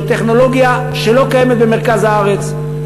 זאת טכנולוגיה שלא קיימת במרכז הארץ,